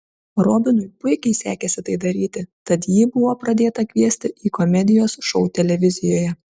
robinui puikiai sekėsi tai daryti tad jį buvo pradėta kviesti į komedijos šou televizijoje